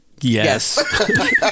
yes